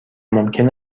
ممکن